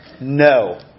no